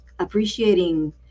appreciating